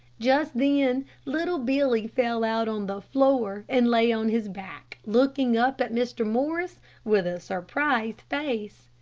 just then little billy fell out on the floor and lay on his back looking up at mr. morris with a surprised face.